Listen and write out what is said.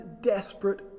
desperate